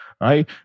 right